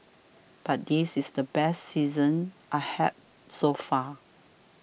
but this is the best season I have so far